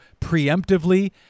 preemptively